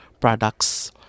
products